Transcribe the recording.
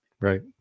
Right